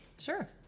Sure